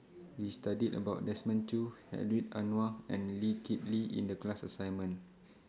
We studied about Desmond Choo Hedwig Anuar and Lee Kip Lee in The class assignment